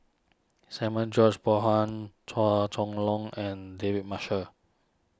Samuel George Bonham Chua Chong Long and David Marshall